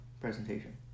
presentation